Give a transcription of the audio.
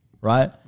right